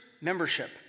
Membership